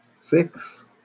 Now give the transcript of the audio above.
Six